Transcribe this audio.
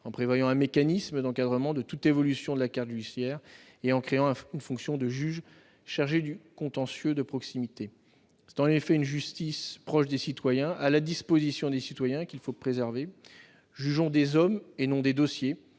en prévoyant un mécanisme d'encadrement de toute évolution de la carte judiciaire, et en créant une fonction de juge chargé du contentieux de proximité. C'est en effet une justice proche des citoyens, à la disposition des citoyens qu'il faut préserver. Jugeons des hommes et non des dossiers,